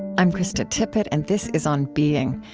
i'm krista tippett and this is on being.